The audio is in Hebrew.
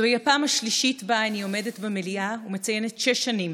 זוהי הפעם השלישית שאני עומדת במליאה ומציינת שש שנים,